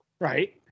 Right